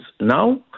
Now